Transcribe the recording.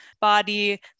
body